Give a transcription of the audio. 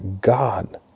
God